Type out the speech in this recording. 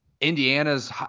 Indiana's